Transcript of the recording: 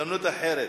בהזדמנות אחרת.